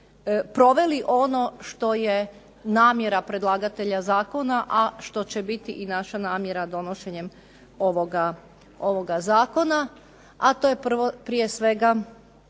proveli ono što je namjera predlagatelja zakona, a što će biti i naša namjera donošenjem ovog zakona. A to je prije svega